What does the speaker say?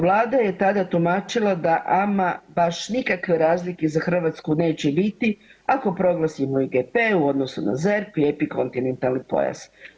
Vlada je tada tumačila da ama baš nikakve razlike za Hrvatsku neće biti ako proglasimo IGP u odnosu na ZERP i epikontinentalni pojas.